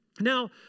Now